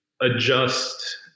adjust